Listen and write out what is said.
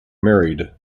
married